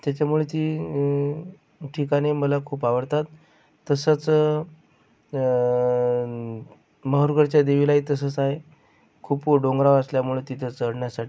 त्याच्यामुळे ती ठिकाणे मला खूप आवडतात तसंच माहूरगडच्या देवीलाही तसंस आहे खूप डोंगरावर असल्यामुळं तिथे चढण्यासाठी